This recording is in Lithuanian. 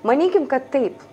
manykim kad taip